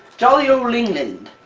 jolly old england!